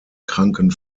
kranken